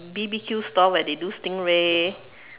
B_B_Q store where they do stingray